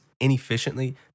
inefficiently